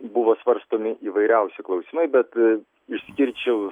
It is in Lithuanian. buvo svarstomi įvairiausi klausimai bet išskirčiau